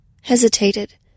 hesitated